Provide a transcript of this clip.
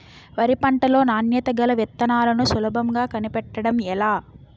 వరి పంట లో నాణ్యత గల విత్తనాలను సులభంగా కనిపెట్టడం ఎలా?